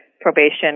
probation